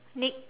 nick